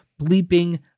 bleeping